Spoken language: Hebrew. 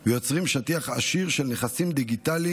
ויוצרים שטיח עשיר של נכסים דיגיטליים